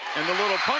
and a little